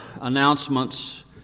announcements